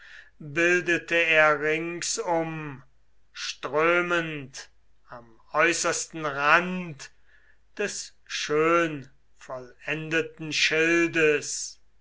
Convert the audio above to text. bildet er ringsum strömend am äußersten rand des schönvollendeten schildes